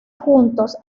juntos